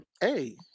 Hey